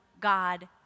God